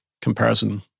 comparison